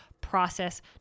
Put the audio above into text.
process